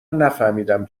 نفهمیدیم